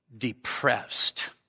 Depressed